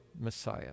Messiah